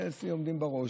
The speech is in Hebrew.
אלה אצלי עומדים בראש.